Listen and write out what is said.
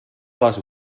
les